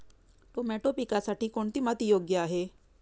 Tomato पिकासाठी कोणती माती योग्य आहे?